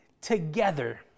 together